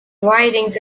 writings